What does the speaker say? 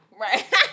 Right